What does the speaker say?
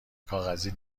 کاغذی